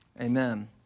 Amen